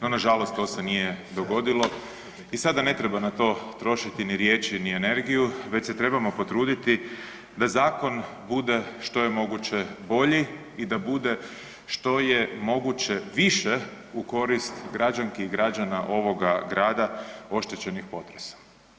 No, nažalost to se nije dogodilo i sada ne treba na to trošiti ni riječi ni energiju, već se trebamo potruditi da zakon bude što je moguće bolji i da bude što je moguće više u korist građanki i građana ovoga grada, oštećenih potresom.